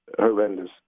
horrendous